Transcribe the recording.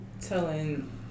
telling